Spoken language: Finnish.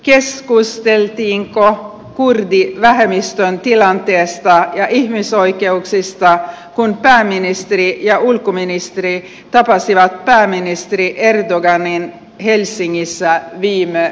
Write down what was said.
keskusteltiinko kurdivähemmistön tilanteesta ja ihmisoikeuksista kun pääministeri ja ulkoministeri tapasivat pääministeri erdoganin helsingissä viime viikolla